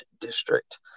District